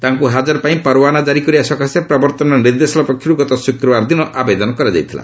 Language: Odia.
ତାଙ୍କୁ ହାଜର ପାଇଁ ପରଓ୍ୱାନା ଜାରିକରିବା ସକାଶେ ପ୍ରବର୍ତ୍ତନ ନିର୍ଦ୍ଦେଶାଳୟ ପକ୍ଷରୁ ଗତ ଶୁକ୍ରବାର ଦିନ ଆବେଦନ କରାଯାଇଥିଲା